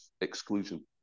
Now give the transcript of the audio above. exclusion